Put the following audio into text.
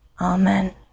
Amen